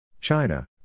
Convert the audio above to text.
China